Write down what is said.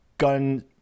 gun